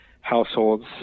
households